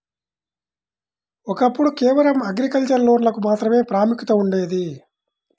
ఒకప్పుడు కేవలం అగ్రికల్చర్ లోన్లకు మాత్రమే ప్రాముఖ్యత ఉండేది